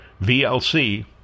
VLC